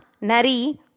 Nari